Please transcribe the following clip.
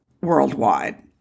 worldwide